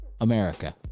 America